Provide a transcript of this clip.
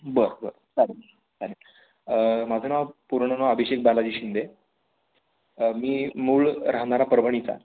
बरं बरं चालेल चालेल माझं नाव पूर्ण नाव अभिषेक बालाजी शिंदे मी मूळ राहणारा परभणीचा